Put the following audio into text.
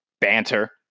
banter